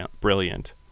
brilliant